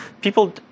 people